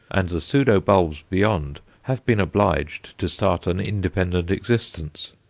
and the pseudo-bulbs beyond have been obliged to start an independent existence.